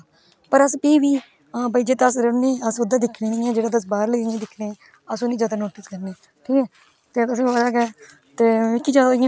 पर अस फिह् बी हां भाई जित्थै अस रौहने अस उत्थै दिक्खने जेहडे़ बाहर ना उन्हेंगी दिक्खने अस उन्हेंगी ज्यादा नोटिस करने ठीक ऐ ते साढ़े मिकी ज्यादा इयां मतलब